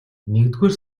нэгдүгээр